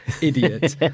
idiot